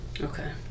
Okay